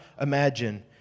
imagine